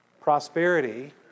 Prosperity